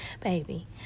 Baby